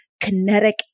kinetic